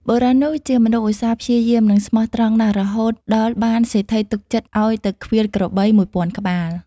បុរសនោះជាមនុស្សឧស្សាហ៍ព្យាយាម និងស្មោះត្រង់ណាស់ រហូតដល់បានសេដ្ឋីទុកចិត្តឲ្យទៅឃ្វាលក្របី ១០០០ ក្បាល។